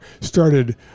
started